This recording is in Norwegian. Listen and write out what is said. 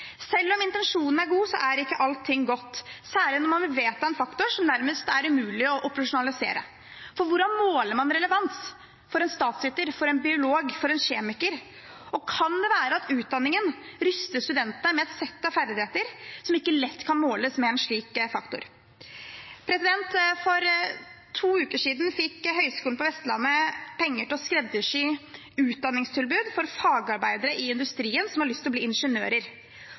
Selv om intensjonen er god, er ikke allting godt, særlig når man vil vedta en faktor som nærmest er umulig å operasjonalisere. For hvordan måler man relevans for en statsviter, for en biolog, for en kjemiker? Og kan det være at utdanningen ruster studentene med et sett av ferdigheter som ikke lett kan måles med en slik faktor? For to uker siden fikk Høgskulen på Vestlandet penger til å skreddersy utdanningstilbud for fagarbeidere i industrien som har lyst til å bli ingeniører.